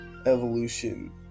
evolution